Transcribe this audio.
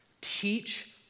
Teach